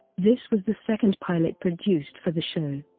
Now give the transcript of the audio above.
this was the second pilot produced for the show.